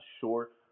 short